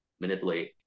manipulate